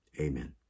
Amen